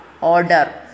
order